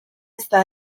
está